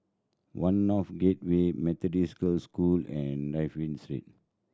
One North Gateway Methodist Girls' School and Dafne Street